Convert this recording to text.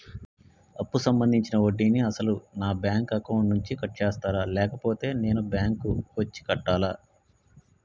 అప్పు సంబంధించిన వడ్డీని అసలు నా బ్యాంక్ అకౌంట్ నుంచి కట్ చేస్తారా లేకపోతే నేను బ్యాంకు వచ్చి కట్టాలా?